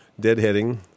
Deadheading